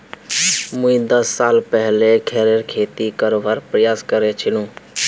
मुई दस साल पहले रबरेर खेती करवार प्रयास करील छिनु